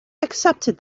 accepted